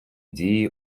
дії